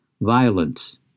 violence